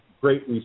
Great